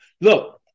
Look